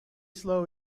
slow